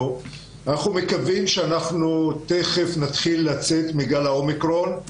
אנחנו מקווים שתכף נתחיל לצאת מגל האומיקרון.